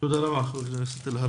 תודה רבה ח"כ אלהרר.